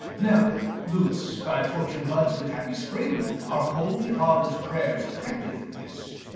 now lewis, thy fortune buds with happy spring our holy father's prayers effecteth this.